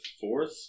fourth